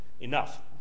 enough